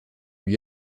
lui